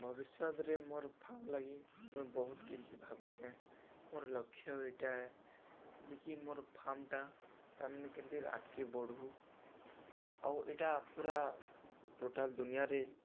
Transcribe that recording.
ଭବିଷ୍ୟତରେ ମୋର୍ ଫାର୍ମ୍ ଲାଗି ମୁଇଁ ବହୁତ୍ କିଛି ଭାବିଛେଁ ମୋର୍ ଲକ୍ଷ୍ୟ ଇଟା ଏ ଯେ କି ମୋର୍ ଫାର୍ମ୍ଟା ତାମାନେ କେନ୍ତିକରି ଆଗ୍କେ ବଢ଼ୁ ଆଉ ଇଟା ପୁରା ଟୋଟାଲ୍ ଦୁନିଆଁରେ